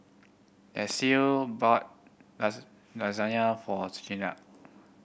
Desea bought Lasagna for